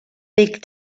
big